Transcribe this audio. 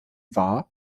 war